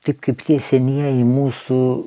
taip kaip tie senieji mūsų